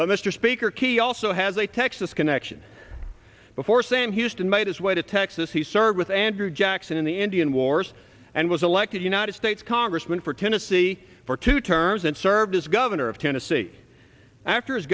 but mr speaker key also has a texas connection before saying houston made his way to texas he served with andrew jackson in the indian wars and was elected united states congressman from tennessee for two terms and served as governor of tennessee a